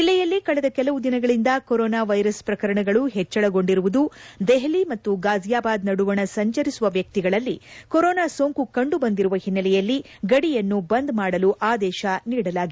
ಜಿಲ್ಲೆಯಲ್ಲಿ ಕಳೆದ ಕೆಲವು ದಿನಗಳಿಂದ ಕೊರೊನಾ ವೈರಸ್ ಪ್ರಕರಣಗಳು ಹೆಚ್ಚಳಗೊಂಡಿರುವುದು ದೆಹಲಿ ಮತ್ತು ಗಾಝಿಯಾಬಾದ್ ನಡುವಣ ಸಂಚರಿಸುವ ವ್ಯಕ್ತಿಗಳಲ್ಲಿ ಕೊರೊನಾ ಸೋಂಕು ಕಂಡುಬಂದಿರುವ ಹಿನ್ನೆಲೆಯಲ್ಲಿ ಗಡಿಯನ್ನು ಬಂದ್ ಮಾಡಲು ಆದೇಶ ನೀಡಲಾಗಿದೆ